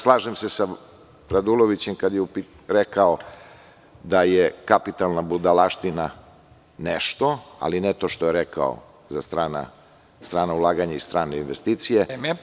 Slažem se sa Radulovićem kada je rekao da je kapitalna budalaština nešto, ali ne to što je rekao za strana ulaganja i strane investicije.